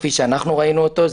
כפי שראינו אותו,